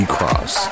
Cross